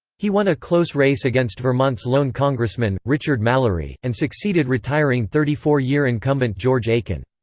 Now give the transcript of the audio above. he won a close race against vermont's lone congressman, richard mallary, and succeeded retiring thirty four year incumbent george aiken.